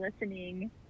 listening